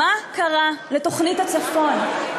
מה קרה לתוכנית הצפון.